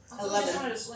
Eleven